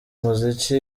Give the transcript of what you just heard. muziki